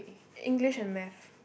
English and Math